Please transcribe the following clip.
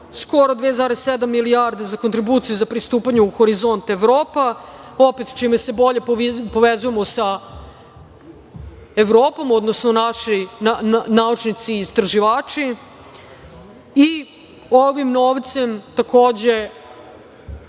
skoro 2,7 milijarde za kontribuciju za pristupanje u „Horizont Evropa“, čime se bolje povezujemo sa Evropom, odnosno naši naučnici i istraživači. Ovim novcem, takođe,